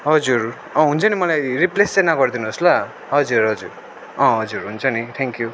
हजुर हुन्छ नि मलाई रिप्लेस चाहिँ नगरिदिनुहोस् ल हजुर हजुर हजुर हुन्छ नि थ्याङ्कयू